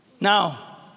Now